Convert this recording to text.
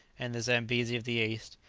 and the zambesi of the east,